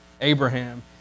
Abraham